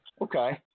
Okay